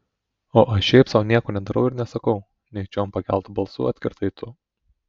o aš šiaip sau nieko nedarau ir nesakau nejučiom pakeltu balsu atkirtai tu